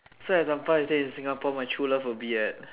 so example you say in Singapore my true love will be at